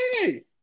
Hey